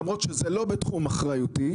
למרות שזה לא בתחום אחריות,